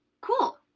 cool